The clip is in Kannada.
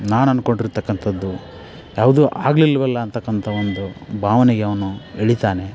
ನಾನಂದುಕೊಂಡಿರ್ತಕ್ಕಂತದ್ದು ಯಾವುದೂ ಆಗಿಲ್ಲವಲ್ಲಾ ಅಂತಕ್ಕಂತ ಒಂದು ಭಾವನೆಗೆ ಅವನು ಇಳಿತಾನೆ